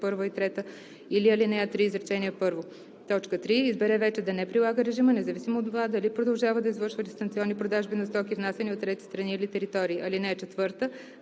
или ал. 3, изречение първо; 3. избере вече да не прилага режима, независимо от това дали продължава да извършва дистанционни продажби на стоки, внасяни от трети страни или територии. (4)